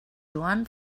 joan